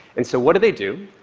and so what do they do?